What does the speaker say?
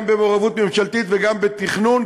גם במעורבות ממשלתית וגם בתכנון,